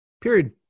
period